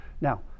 Now